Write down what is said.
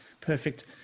Perfect